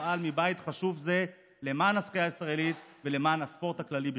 ואפעל מבית חשוב זה למען השחייה הישראלית ולמען הספורט הכללי בכלל.